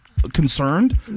concerned